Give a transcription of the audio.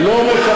נו, באמת.